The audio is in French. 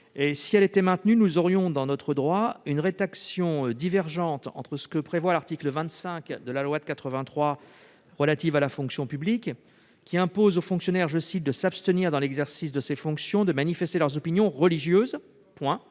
Si elle était maintenue, nous aurions dans notre droit des rédactions divergentes entre, d'une part, l'article 25 de la loi de 1983 relative à la fonction publique, qui impose aux fonctionnaires de s'abstenir, dans l'exercice de leurs fonctions, de manifester leurs opinions religieuses,